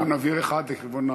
יש כיוון אוויר אחד, לכיוון מערב.